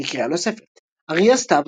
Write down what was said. לקריאה נוספת אריה סתיו,